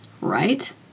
right